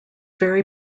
very